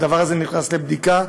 הדבר הזה נכנס לבדיקה,